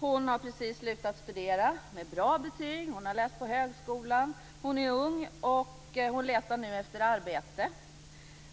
Hon har precis slutat studera, med bra betyg. Hon har läst på högskola. Hon är ung och hon letar nu efter arbete.